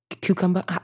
Cucumber